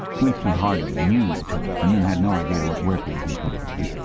winston hardly knew tillotson, and had no idea what work he was employed on.